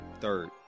third